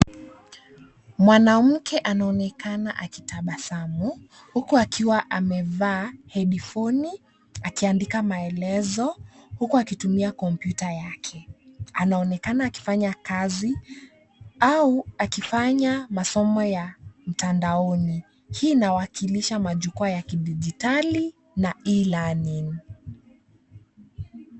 Mwanamke anaonekana akitabasamu huku akiwa amevaa headphone akiandika maelezo huku akitumia kompyuta yake. Anaonekana akifanya kazi au akifanya masomo ya mtandaoni. Hii inawakilisha majukwa ya kidijitali na e-learning .